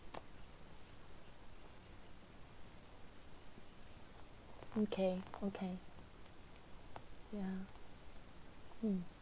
okay okay yeah mm